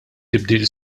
tibdil